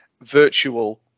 virtual